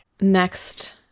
Next